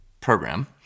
program